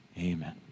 amen